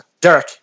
Derek